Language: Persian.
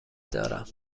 دارم